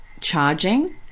charging